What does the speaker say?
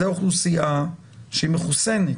זאת אוכלוסייה שהיא מחוסנת.